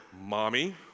mommy